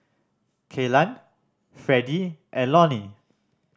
Kaylan Freddie and Lonie